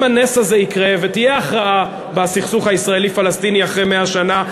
אם הנס הזה יקרה ותהיה הכרעה בסכסוך הישראלי פלסטיני אחרי 100 שנה,